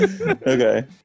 okay